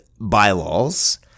bylaws